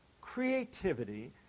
creativity